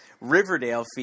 Riverdale